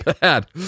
bad